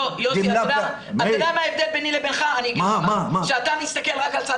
ההבדל ביני לבינך הוא שאתה מסתכל רק על צד